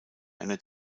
einer